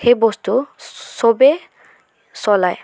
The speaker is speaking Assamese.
সেই বস্তু চবে চলায়